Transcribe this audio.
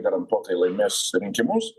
garantuotai laimės rinkimus